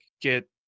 get